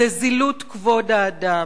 זה זילות כבוד האדם,